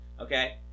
okay